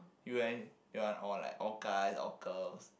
you leh you want all like all guy all girls